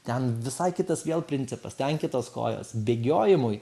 ten visai kitas vėl principas ten kitos kojos bėgiojimui